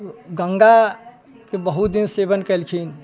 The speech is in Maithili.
गंगा के बहुत दिन सेवन केलखिन